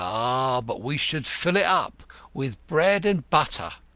ah, but we should fill it up with bread and butter,